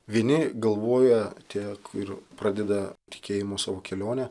vieni galvoja tiek ir pradeda tikėjimo savo kelionę